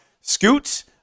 Scoot